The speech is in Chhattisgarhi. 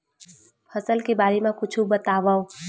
फसल के बारे मा कुछु बतावव